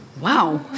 Wow